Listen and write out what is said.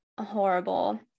horrible